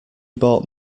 bought